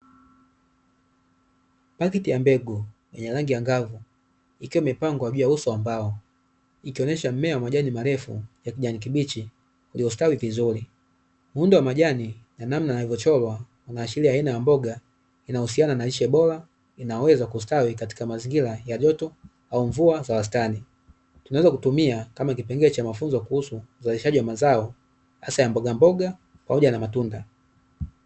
Pakiti ya mbegu yenye rangi angavu, ikiwa imepangwa juu ya uso wa mbao, ikionesha mmea wa majani marefu ya kijani kibichi uliostawi vizuri. Muundo wa majani na namna unavyochorwa unaashiria aina ya mboga inayohusiana na lishe bora, inayoweza kustawi katika mazingira ya joto au mvua za wastani. Tunaweza kutumia kama kipengele cha mafunzo kuhusu uzalishaji wa mazao hasa ya mbogamboga pamoja na matunda.